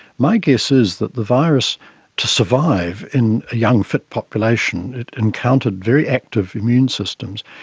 my guess is that the virus to survive in a young, fit population, it encountered very active immune systems,